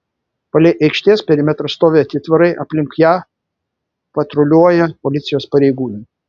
palei aikštės perimetrą stovi atitvarai aplink ją patruliuoja policijos pareigūnai